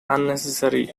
unnecessary